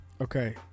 Okay